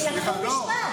כי לקחו משפט,